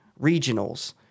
regionals